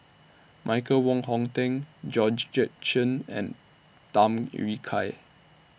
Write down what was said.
Michael Wong Hong Teng Georgette Chen and Tham Yui Kai